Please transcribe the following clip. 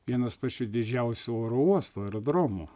vienas pačių didžiausių oro uostų aerodromų